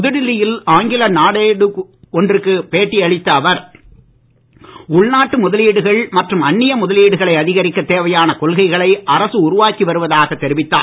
புதுடெல்லியில் ஆங்கில நாளேடு ஒன்றுக்கு பேட்டி அளித்த அவர் உள்நாட்டு முதலீடுகள் மற்றும் அன்னிய முதலீடுகளை அதிகரிக்க தேவையான கொள்கைகளை அரசு உருவாக்கி வருவதாக தெரிவித்தார்